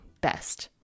best